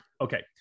Okay